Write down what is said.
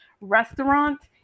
restaurant